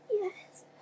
Yes